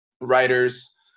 writers